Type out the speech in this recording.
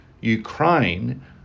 Ukraine